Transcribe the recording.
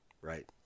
right